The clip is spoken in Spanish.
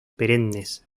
perennes